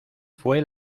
fue